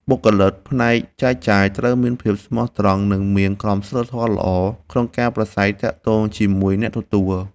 បុគ្គលិកផ្នែកចែកចាយត្រូវមានភាពស្មោះត្រង់ និងមានក្រមសីលធម៌ល្អក្នុងការប្រាស្រ័យទាក់ទងជាមួយអ្នកទទួល។